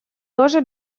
тоже